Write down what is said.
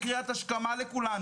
הקורונה היא קריאת השכמה לכולנו.